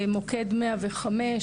מוקד 105,